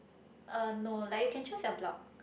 uh no like you can choose your block